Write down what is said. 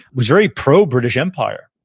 was very pro-british empire,